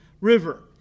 river